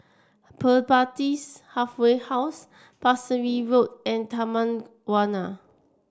Pertapis Halfway House Pasir Ris Road and Taman Warna